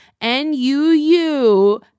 N-U-U